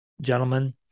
gentlemen